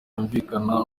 bumvikana